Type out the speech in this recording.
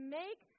make